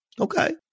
Okay